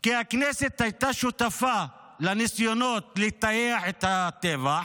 כי הכנסת הייתה שותפה לניסיונות לטייח את הטבח,